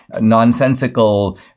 nonsensical